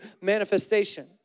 manifestation